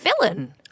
villain